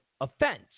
offense